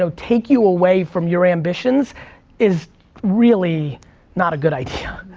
so take you away from your ambitions is really not a good idea.